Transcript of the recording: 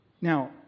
Now